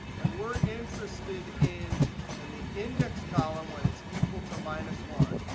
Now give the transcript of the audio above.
and we're interested in and the index column when it's equal to minus one,